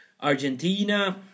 Argentina